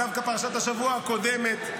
דווקא פרשת השבוע הקודמת.